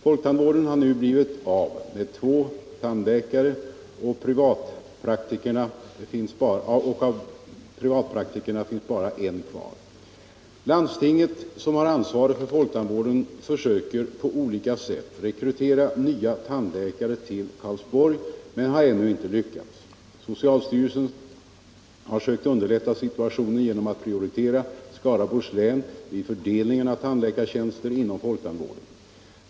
Folktandvården har nu blivit av med två tandläkare och av privatpraktikerna finns bara en kvar. Landstinget som har ansvaret för folktandvården försöker på olika sätt rekrytera nya tandläkare till Karlsborg men har ännu inte lyckats. Socialstyrelsen har sökt underlätta situationen genom att prioritera Skaraborgs län vid fördelningen av tandläkartjänster inom folktandvården.